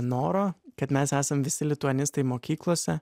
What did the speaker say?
noro kad mes esam visi lituanistai mokyklose